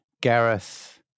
Gareth